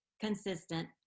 consistent